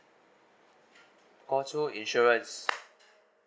call two insurance